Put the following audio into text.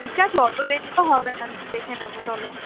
ঠিক আছে অতো দেরি তো হবে না দেখে নেবো চলো